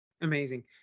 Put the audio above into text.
Amazing